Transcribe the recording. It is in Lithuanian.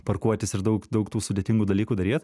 parkuotis ir daug daug tų sudėtingų dalykų daryt